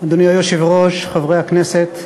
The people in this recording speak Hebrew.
אדוני היושב-ראש, חברי הכנסת,